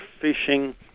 fishing